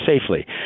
safely